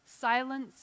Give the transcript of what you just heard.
silence